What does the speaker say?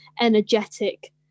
energetic